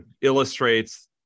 illustrates